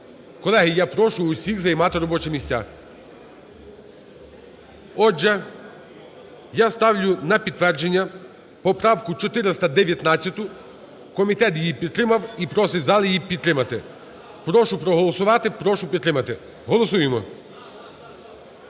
Колеги, я прошу усіх займати робочі місця. Отже, я ставлю на підтвердження поправку 419. Комітет її підтримав і просить зал її підтримати. Прошу проголосувати, прошу підтримати. Голосуємо.